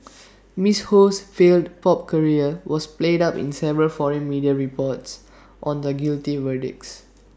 miss Ho's failed pop career was played up in several foreign media reports on the guilty verdicts